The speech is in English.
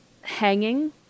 hanging